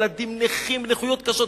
ילדים נכים עם נכויות קשות,